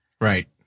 Right